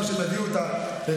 שהם יביאו את ההצעה,